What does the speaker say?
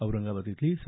औरंगाबाद इथली स